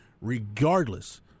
regardless